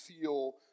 feel